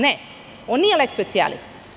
Ne, on nije "lex specialis"